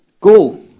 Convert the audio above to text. Go